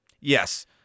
Yes